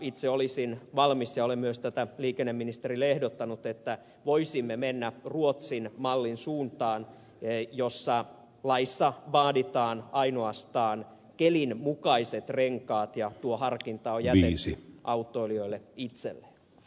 itse olisin valmis siihen ja olen myös tätä liikenneministerille ehdottanut että voisimme mennä ruotsin mallin suuntaan jossa laissa vaaditaan ainoastaan kelin mukaiset renkaat ja tuo harkinta on jätetty autoilijoille itselleen